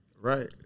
Right